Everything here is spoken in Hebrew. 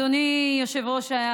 אדוני היושב-ראש,